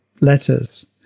letters